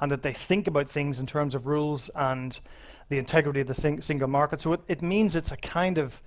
and that they think about things in terms of rules, and the integrity of the single market. so it means it's a kind of